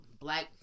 Black